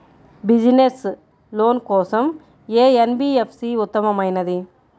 Business loan కోసం ఏ NBFC ఉత్తమమైనది?